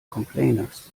complainers